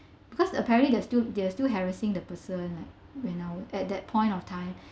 because apparently they're still they're still harassing the person like when I wa~ at that point of time